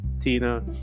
Tina